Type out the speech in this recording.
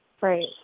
Right